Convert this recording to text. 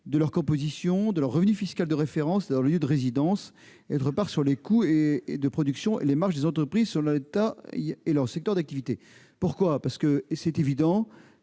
de leur composition, de leur revenu fiscal de référence et de leur lieu de résidence et, d'autre part, sur les coûts de production et les marges des entreprises selon les secteurs d'activité. Pourquoi ? Parce qu'il est évident